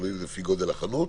תלוי לפי גודל החנות,